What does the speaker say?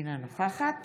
אינה נוכחת